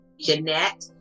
Jeanette